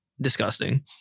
disgusting